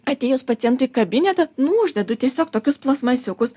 atėjus pacientui į kabinetą nuo uždedu tiesiog tokius plastmasiukus